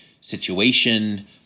situation